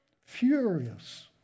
furious